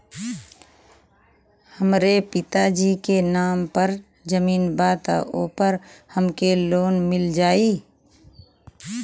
हमरे पिता जी के नाम पर जमीन बा त ओपर हमके लोन मिल जाई?